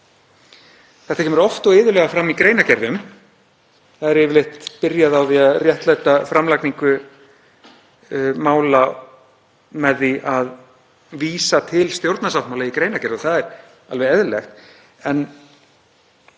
Þetta kemur oft og iðulega fram í greinargerðum og er yfirleitt byrjað á því að réttlæta framlagningu mála með því að vísa til stjórnarsáttmála í greinargerð og það er alveg eðlilegt